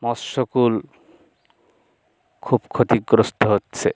মৎস্যকুল খুব ক্ষতিগ্রস্থ হচ্ছে